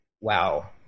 wow